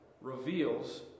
reveals